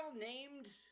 named